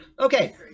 Okay